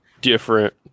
different